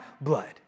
blood